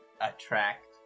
attract